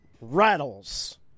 rattles